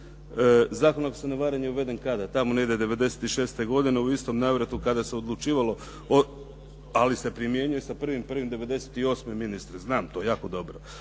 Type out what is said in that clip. zakon ako se ne varam je uveden kada? Tamo negdje 96 godine u istom navratu kada se odlučivalo od, ali se primjenjuje sa 1. 1. '98. ministre, znam to jako dobro.